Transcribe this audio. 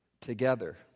together